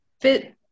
fit